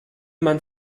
man